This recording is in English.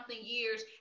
years